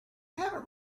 haven’t